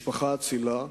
משפחה אצילה,